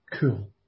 cool